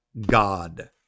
God